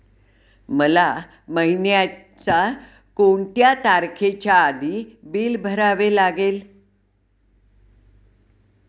मला महिन्याचा कोणत्या तारखेच्या आधी बिल भरावे लागेल?